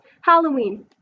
Halloween